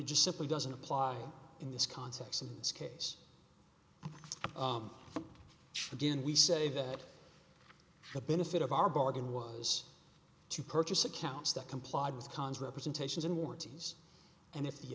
it just simply doesn't apply in this context of this case again we say that the benefit of our bargain was to purchase accounts that complied with cons representations and warranties and if the